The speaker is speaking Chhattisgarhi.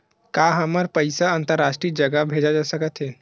का हमर पईसा अंतरराष्ट्रीय जगह भेजा सकत हे?